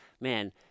Man